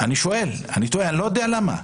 אני באמת שואל, אני לא יודע למה.